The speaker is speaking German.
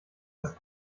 das